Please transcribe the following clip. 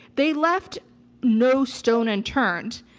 they left no stone unturned.